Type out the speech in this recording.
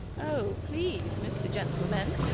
oh, please, mr gentleman,